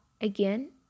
again